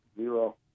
Zero